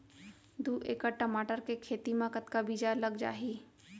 दू एकड़ टमाटर के खेती मा कतका बीजा लग जाही?